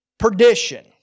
Perdition